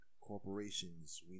corporations